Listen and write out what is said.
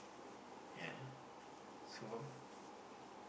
yeah so